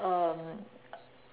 um